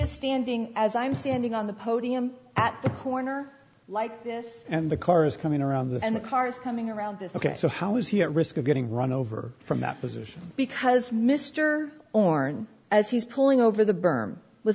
is standing as i'm standing on the podium at the corner like this and the car is coming around the cars coming around this ok so how is he at risk of getting run over from that position because mr orne as he is pulling over the berm was